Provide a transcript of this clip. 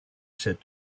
said